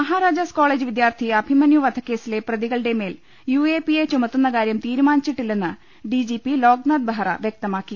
Maharajas college വിദ്യാർത്ഥി അഭിമന്യു വധക്കേസിലെ പ്രതികളുടെ മേൽ യുഎപിഎ ചുമത്തുന്ന കാര്യം തീരുമാനിച്ചിട്ടി ല്ലെന്ന് ഡിജിപി ലോക്നാഥ്ബെഹ്റ വൃക്തമാക്കി